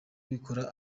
ubikora